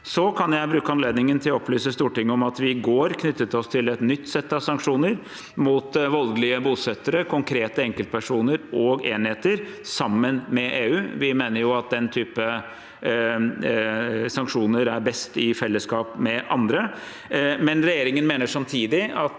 Jeg kan bruke anledningen til å opplyse Stortinget om at vi sammen med EU i går knyttet oss til et nytt sett av sanksjoner mot voldelige bosettere, konkrete enkeltpersoner og enheter. Vi mener at den typen sanksjoner er best i fellesskap med andre. Regjeringen mener samtidig det